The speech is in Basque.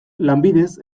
lanbidez